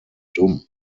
dumm